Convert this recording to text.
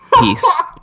peace